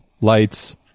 Lights